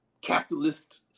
capitalist